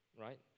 right